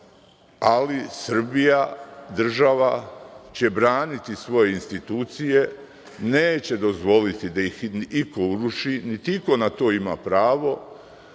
ali Srbija država će braniti svoje institucije, neće dozvoliti da ih iko uruši, niti iko7/2 MO/MPna to ima pravo,